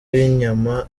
w’inyama